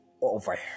over